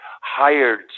hired